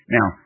Now